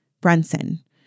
Brunson